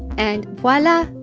and voila,